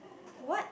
what